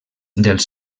dels